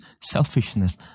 selfishness